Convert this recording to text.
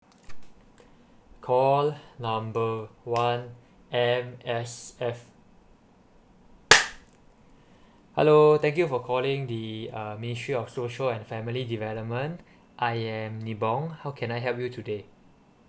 call number one M_S_F hello thank you for calling the uh ministry of social and family development I am nibong how can I help you today